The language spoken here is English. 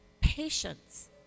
patience